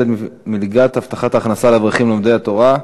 את מלגת הבטחת הכנסה לאברכים לומדי תורה,